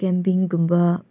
ꯀꯦꯝꯄꯤꯡꯒꯨꯝꯕ